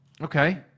Okay